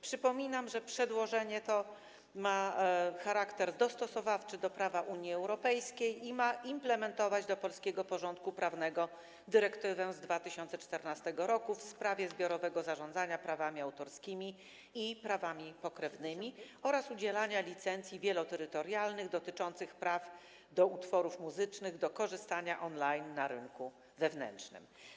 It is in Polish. Przypominam, że przedłożenie to ma charakter dostosowawczy do prawa Unii Europejskiej i ma implementować do polskiego porządku prawnego dyrektywę z 2014 r. w sprawie zbiorowego zarządzania prawami autorskimi i prawami pokrewnymi oraz udzielania licencji wieloterytorialnych dotyczących praw do utworów muzycznych do korzystania online na rynku wewnętrznym.